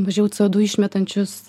mažiau co du išmetančius